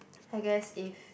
I guessed if